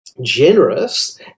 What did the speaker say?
Generous